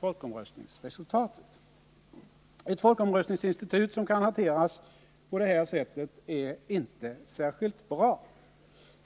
folkomröstningsresultatet. Ett folkomröstningsinstitut som kan hanteras på detta sätt är inte särskilt bra.